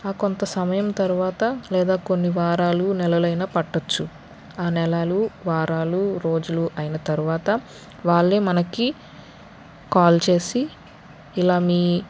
ఆ కొంత సమయం తరువాత లేదా కొన్ని వారాలు నెలలైనా పట్టొచ్చు ఆ నెలలు వారాలు రోజులు అయ్యిన తరువాత వాళ్ళే మనకి కాల్ చేసి ఇలా మీ